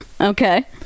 Okay